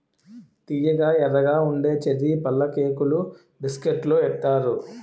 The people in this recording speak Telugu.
తియ్యగా ఎర్రగా ఉండే చర్రీ పళ్ళుకేకులు బిస్కట్లలో ఏత్తారు